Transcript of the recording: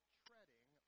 treading